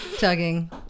tugging